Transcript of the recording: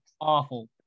Awful